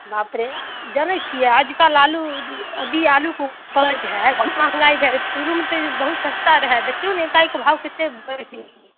बापरे जनय छियै अजुका लालू अभी आलुके भाव बहुत महङ्गाइ ह शइ शुरूमे तऽ बहुत सस्ता रहै देखिऔ ने एकाएक भाव केत्ते बढ़ि गेल छै